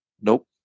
Nope